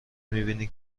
میبینی